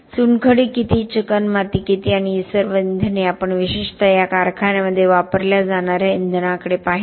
चुनखडी किती चिकणमाती किती आणि सर्व इंधने आपण विशेषतः या कारखान्यामध्ये वापरल्या जाणार्या इंधनांकडे पाहिले